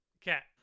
Cat